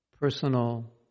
personal